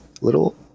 little